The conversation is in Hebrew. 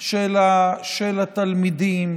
של התלמידים,